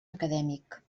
acadèmic